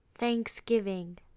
Thanksgiving